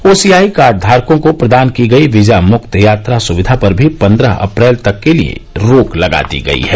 OCI card धारकों को प्रदान की गई वीजा मुक्त यात्रा सविधा पर भी पन्द्रह अप्रैल तक के लिए रोक लगा दी गई है